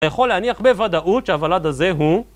אתה יכול להניח בוודאות שהוולד הזה הוא...